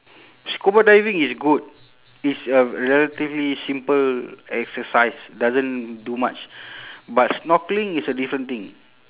scuba diving is good it's a relatively simple exercise doesn't do much but snorkeling is a different thing